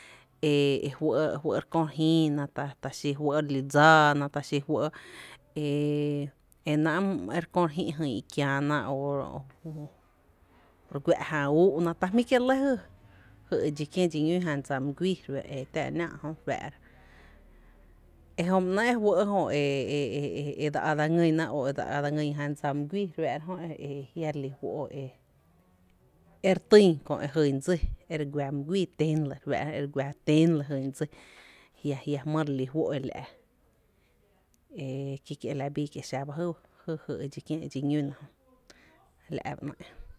E fɇ’ fɇ’ re kö re jïïna, xí fɇ’ li dsáána ta xí fɇ’ e e náá’ e re kö re jï’ jyn i kiána o re guⱥ’ jan úú’na o ta jmí’ kié’ lɇ jy e dxi kién dxi ñún jan dsa my guíí e re faá’ra e jöba néé’ e e fɇ’ jö e dse a dse ngýna o e dse a dsen jan dsa my guii, e jia’ re týn kö e jyn dsí my guíí e jyn dsi ten lɇ, e re guⱥ e jyn dsí jia jia jmýý re li fó’ e la’ e ki kie’ lña bii ba xa lahy e dxi kién dxi ñúna.